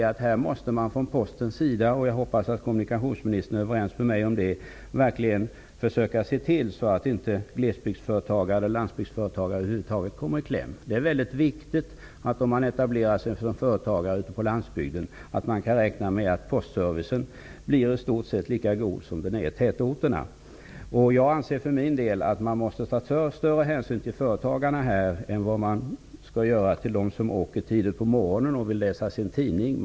Här måste man från Postens sida -- jag hoppas verkligen att kommunikationsministern är överens med mig om det -- försöka se till att inte glesbygdsföretagare och landsbygdsföretagare över huvud taget kommer i kläm. Om man etablerar sig som företagare ute på landsbygden är det väldigt viktigt att man kan räkna med att postservicen där blir i stort sett lika god som den är i tätorterna. Jag anser för min del att man här måste ta större hänsyn till företagarna än till dem som åker hemifrån tidigt på morgonen och vill läsa sin tidning då.